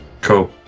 Cool